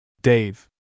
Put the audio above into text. Dave